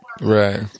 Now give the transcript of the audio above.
right